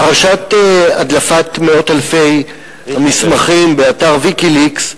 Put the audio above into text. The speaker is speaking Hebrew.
פרשת הדלפת מאות אלפי המסמכים באתר "ויקיליקס"